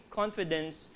confidence